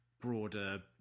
broader